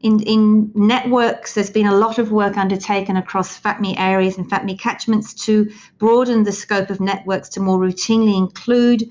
in in networks, there's been a lot of work undertaken across fapmi areas and fapmi catchments to broaden the scope of networks to more routinely include